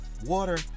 water